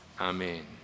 Amen